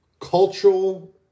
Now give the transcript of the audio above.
cultural